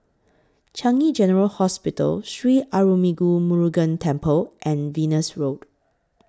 Changi General Hospital Sri Arulmigu Murugan Temple and Venus Road